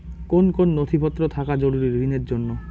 কোন কোন নথিপত্র থাকা জরুরি ঋণের জন্য?